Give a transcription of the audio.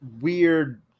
weird